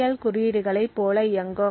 L குறியீடுகளைப் போல இயங்கும்